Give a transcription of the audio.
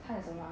他有什么 ah